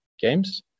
games